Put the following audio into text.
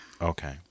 okay